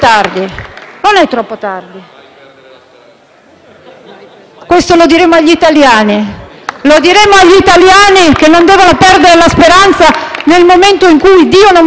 dal Gruppo FI-BP)*. Lo diremo agli italiani che non devono perdere la speranza, nel momento in cui - Dio non voglia, perché noi tifiamo Italia - quello che sta succedendo sui mercati